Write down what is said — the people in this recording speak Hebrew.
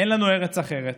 אין לנו ארץ אחרת,